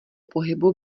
pohybu